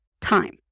time